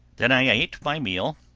then i ate my meal,